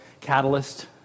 Catalyst